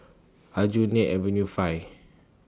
Aljunied Avenue five